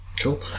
Cool